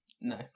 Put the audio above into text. No